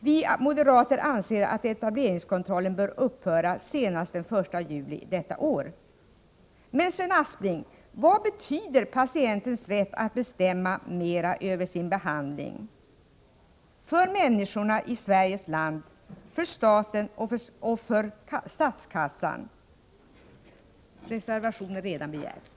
Vi moderater anser att etableringskontrollen bör upphöra senast den 1 juli detta år. Men, Sven Aspling, vad betyder patientens rätt att bestämma mera över sin behandling för människorna i Sveriges land, för staten och för statskassan? Fru talman! Även jag yrkar bifall till reservation 3.